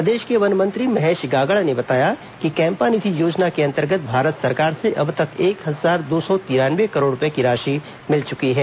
प्रदेश के वन मंत्री महेश गागड़ा ने बताया है कि कैम्पा निधि योजना के अंतर्गत भारत सरकार से अब तक एक हजार दो सौ तिरानवे करोड़ रुपए की राशि मिल चुकी है